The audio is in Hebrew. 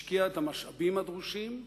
השקיעה את המשאבים הדרושים,